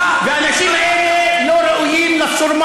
והאנשים האלה לא ראויים לנעל,